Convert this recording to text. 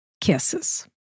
Kisses